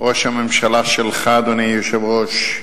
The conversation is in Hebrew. ראש הממשלה שלך, אדוני היושב-ראש,